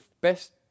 best